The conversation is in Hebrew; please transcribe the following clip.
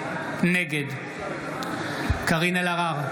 נגד קארין אלהרר,